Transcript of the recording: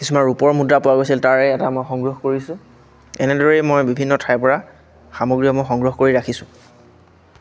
কিছুমান ৰূপৰ মুদ্ৰা পোৱা গৈছিল তাৰে এটা মই সংগ্ৰহ কৰিছোঁ এনেদৰেই মই বিভিন্ন ঠাইৰপৰা সামগ্ৰীসমূহ সংগ্ৰহ কৰি ৰাখিছোঁ